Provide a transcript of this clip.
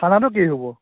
খানাটো কি হ'ব